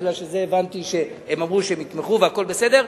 כי הבנתי שהם אמרו שהם יתמכו והכול בסדר,